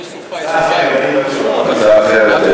הצעה אחרת,